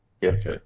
Yes